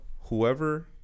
whoever